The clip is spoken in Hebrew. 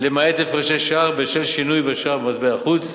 למעט הפרשי שער בשל שינוי בשער מטבע חוץ,